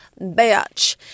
bitch